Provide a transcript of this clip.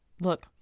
look